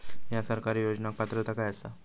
हया सरकारी योजनाक पात्रता काय आसा?